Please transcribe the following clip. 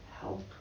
help